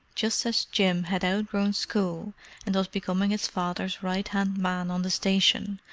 just as jim had outgrown school and was becoming his father's right-hand man on the station,